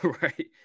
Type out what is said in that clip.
Right